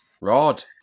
Rod